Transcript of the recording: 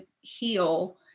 heal